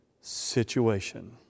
situation